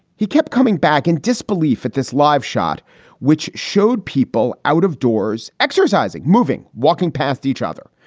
he kept coming back in disbelief at this live shot which showed people out of doors, exercising, moving, walking past each other.